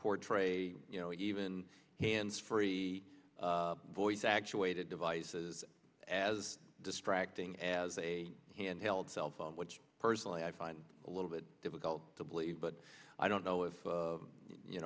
portray you know even hands free voice actuated devices as distracting as a handheld cell phone which personally i find a little bit difficult to believe but i don't know if